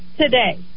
today